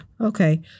Okay